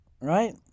right